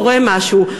קורה משהו.